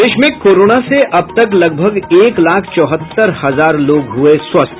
प्रदेश में कोरोना से अब तक लगभग एक लाख चौहत्तर हजार लोग हुये स्वस्थ